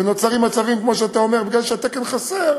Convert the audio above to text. ונוצרים מצבים, כמו שאתה אומר, מכיוון שהתקן חסר,